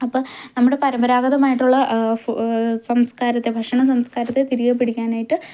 അപ്പോൾ നമ്മുടെ പരമ്പരാഗതമായിട്ടുള്ള ഫൂ സംസ്കാരത്തെ ഭക്ഷണ സംസ്കാരത്തെ തിരികെ പിടിക്കാനായിട്ട്